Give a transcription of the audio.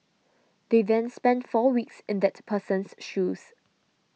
they then spend four weeks in that person's shoes